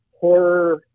horror